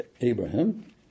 Abraham